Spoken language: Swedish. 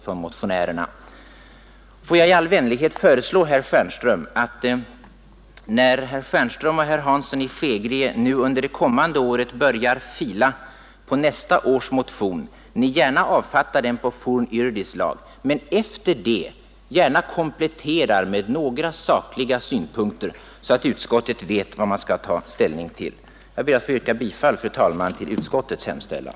Får jag i all vänlighet föreslå herr Stjernström att, när han och herr Hansson i Skegrie nu börjar fila på nästa års motion, ni visst kan avfatta den på fornyrdislag men efter det gärna komplettera med några sakliga synpunkter, så att utskottet vet vad det skall ta ställning till. Jag ber, fru talman, att få yrka bifall till utskottets hemställan.